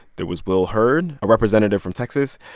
there was will hurd, a representative from texas,